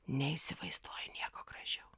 neįsivaizduoju nieko gražiau